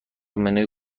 منوی